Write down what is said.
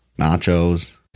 Nachos